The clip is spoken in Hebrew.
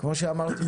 כמו שאמרת,